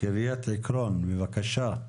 קריית עקרון, בבקשה.